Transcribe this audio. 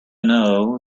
know